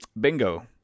Bingo